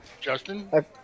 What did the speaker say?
Justin